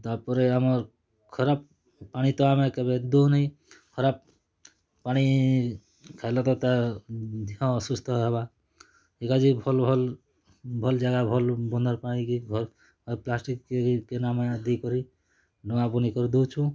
ତା'ପରେ ଆମର୍ ଖରାପ୍ ପାଣି ତ ଆମେ କେବେ ଦଉନାଇ ଖରାପ୍ ପାଣି ଖାଇଲେ ତ ତାର୍ ଦିହ୍ ଅସୁସ୍ଥ ହେବା ଏକା ଯେ ଭଲ୍ ଭଲ୍ ଭଲ୍ ଜାଗା ଭଲ୍ ବନ୍ଦର୍ ପାଇଁ କି ଘର୍ ଆଉ ପ୍ଲାଷ୍ଟିକ୍ କେ କେନ୍ ମୟା ଦି କରି ନୂଆ ବନି କରି ଦଉଛୁଁ